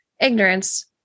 ignorance